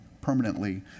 permanently